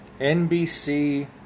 NBC